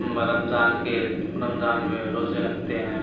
رمضان کے رمضان میں روزے رکھتے ہیں